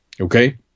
okay